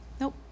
nope